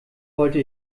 wollte